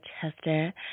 Chester